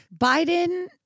Biden